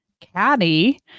caddy